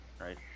right